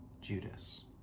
Judas